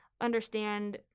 understand